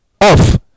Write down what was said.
off